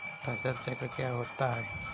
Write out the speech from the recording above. फसल चक्र क्या होता है?